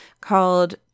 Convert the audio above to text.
called